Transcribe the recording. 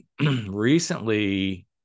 recently